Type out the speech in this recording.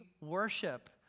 worship